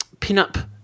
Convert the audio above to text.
pinup